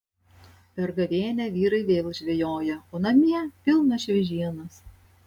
per gavėnią vyrai vėl žvejoja o namie pilna šviežienos